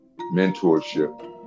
mentorship